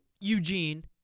Eugene